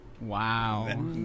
Wow